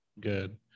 good